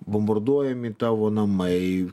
bombarduojami tavo namai